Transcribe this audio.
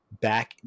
back